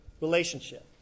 relationship